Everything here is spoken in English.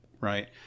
right